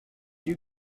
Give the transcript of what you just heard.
you